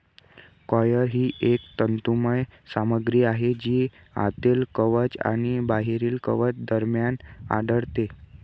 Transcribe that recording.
coir ही एक तंतुमय सामग्री आहे जी आतील कवच आणि बाहेरील कवच दरम्यान आढळते